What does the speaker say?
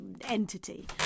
entity